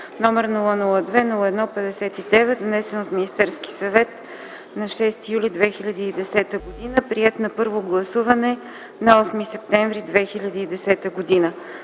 № 002-01-59, внесен от Министерския съвет на 6 юли 2010 г., приет на първо гласуване на 8 септември 2010 г.”